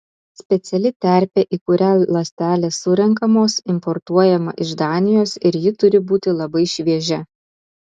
speciali terpė į kurią ląstelės surenkamos importuojama iš danijos ir ji turi būti labai šviežia